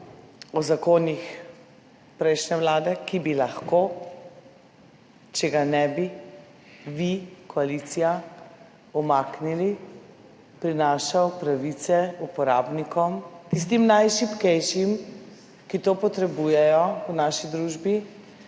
o zakonih prejšnje vlade, ki bi lahko, če ga ne bi vi koalicija umaknili, prinašal pravice uporabnikom, tistim najšibkejšim, ki to potrebujejo v naši družbi,